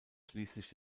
schließlich